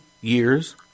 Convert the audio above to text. years